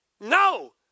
No